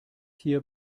hier